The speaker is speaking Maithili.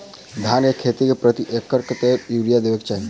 धान केँ खेती मे प्रति एकड़ कतेक यूरिया देब केँ चाहि?